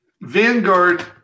Vanguard